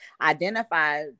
identify